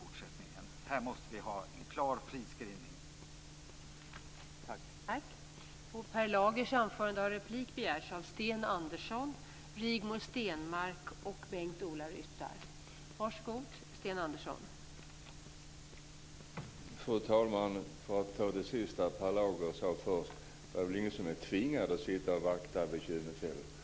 Vi måste få en klar friskrivning av detta berg.